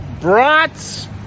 brats